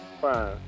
Fine